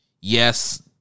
yes –